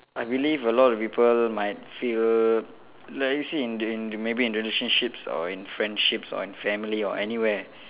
I believe a lot of people might feel like you see in the in the maybe in relationships or in friendships or in family or anywhere